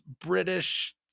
British